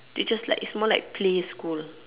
they just like it's more like play school